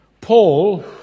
Paul